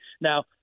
Now